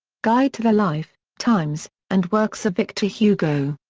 guide to the life, times, and works of victor hugo.